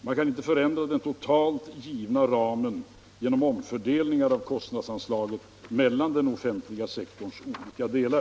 Man kan inte förändra den totalt givna ramen genom omfördelningar av kostnadsansvaret mellan den offentliga sektorns olika delar.